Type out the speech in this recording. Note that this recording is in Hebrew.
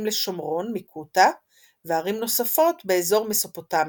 לשומרון מכותא וערים נוספות באזור מסופוטמיה.